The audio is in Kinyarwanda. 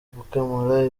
gukemura